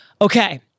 okay